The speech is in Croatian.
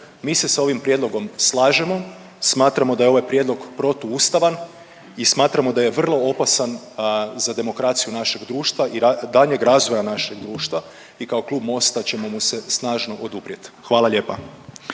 Mi se s ovim prijedlogom slažemo, smatramo da je ovaj prijedlog protuustavan i smatramo da je vrlo opasan za demokraciju našeg društva i daljnjeg razvoja našeg društva i kao klub Mosta ćemo mu se snažno oduprijet. Hvala lijepa.